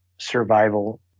survival